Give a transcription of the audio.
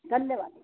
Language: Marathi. धन्यवाद